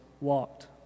walked